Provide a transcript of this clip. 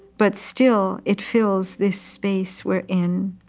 but still it fills this space we're in.